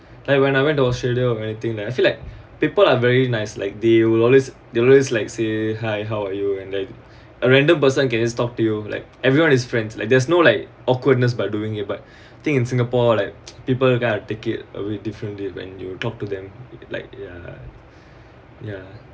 like when I went to australia or anything then I feel like people are very nice like they will always they always like say hi how are you and like a random person can just talk to you like everyone is friends like there's no like awkwardness by doing it but think in singapore like people kind of take it really differently when you talk to them like ya ya